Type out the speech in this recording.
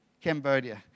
Cambodia